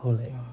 all like